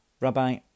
Rabbi